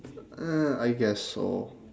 uh I guess so